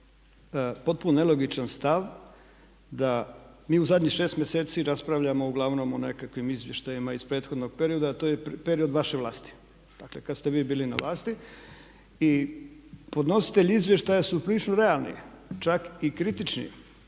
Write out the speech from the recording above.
potpuno nelogičan stav da mi u zadnjih 6 mjeseci raspravljamo uglavnom o nekakvim izvještajima iz prethodnog perioda a to je period vaše vlasti, dakle kada ste vi bili na vlasti. I podnositelji izvještaja su prilično realni, čak i kritični.